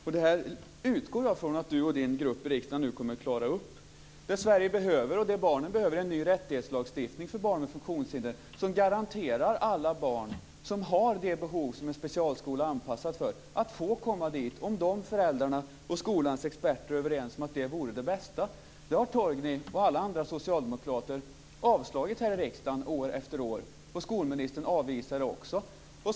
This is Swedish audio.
Det utgår jag från att Torgny Danielsson och hans grupp i riksdagen nu kommer att klara upp. Det Sverige behöver, och det barnen behöver, är en ny rättighetslagstiftning för barn med funktionshinder som garanterar alla barn som har det behov som en specialskola är anpassad för att få komma dit om deras föräldrar och skolans experter är överens om att det vore det bästa. Det har Torgny och alla andra socialdemokrater avslagit här i riksdagen år efter år, och skolministern avvisar det också.